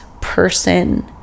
person